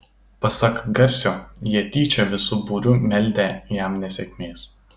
pasak garsio jie tyčia visu būriu meldę jam nesėkmės